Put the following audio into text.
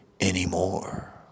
anymore